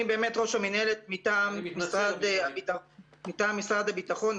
אני באמת ראש המנהלת מטעם משרד הביטחון,